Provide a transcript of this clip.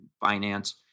finance